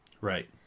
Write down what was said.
Right